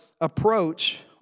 approach